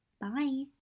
Bye